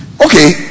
Okay